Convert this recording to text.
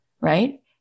right